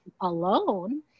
alone